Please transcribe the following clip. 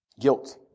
Guilt